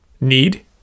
Need